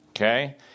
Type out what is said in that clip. okay